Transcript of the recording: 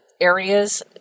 areas